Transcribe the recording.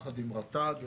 יש תוכניות,